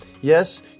Yes